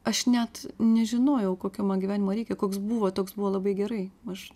aš net nežinojau kokio man gyvenimo reikia koks buvo toks buvo labai gerai aš